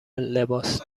لباس